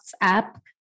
app